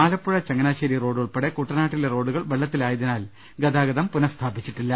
ആലപ്പുഴ ചങ്ങനാശ്ശേരി റോഡുൾപ്പെടെ കുട്ടനാട്ടിലെ റോഡു കൾ വെള്ളത്തിലായതിനാൽ ഗതാഗതം പുനഃസ്ഥാപിച്ചിട്ടില്ല